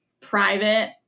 private